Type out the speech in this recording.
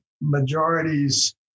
majorities